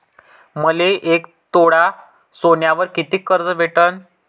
मले एक तोळा सोन्यावर कितीक कर्ज भेटन?